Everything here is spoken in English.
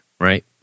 right